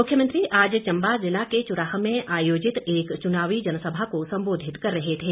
मुख्यमंत्री आज चम्बा जिला के चुराह में आयोजित एक चुनावी जनसभा को संबोधित कर रहे थे